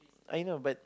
I know but